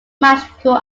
magical